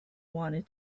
wanted